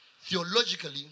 theologically